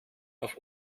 auf